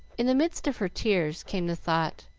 in the midst of her tears came the thought,